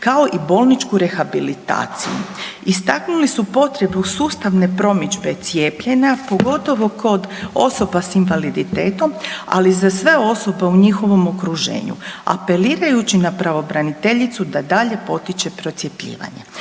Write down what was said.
kao i bolničku rehabilitaciju. Istaknuli su potrebu sustavne promidžbe cijepljenja pogotovo kod osoba s invaliditetom, ali i za sve osobe u njihovom okruženju apelirajući na pravobraniteljicu da dalje potiče procjepljivanje.